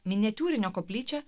miniatiūrinio koplyčia